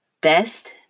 best